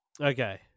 Okay